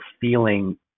feeling